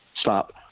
Stop